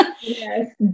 Yes